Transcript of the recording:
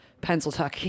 Pennsylvania